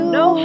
no